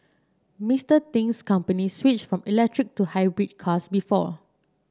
Mister Ting's company switched from electric to hybrid cars before